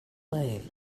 play